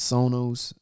Sonos